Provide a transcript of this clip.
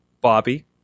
Bobby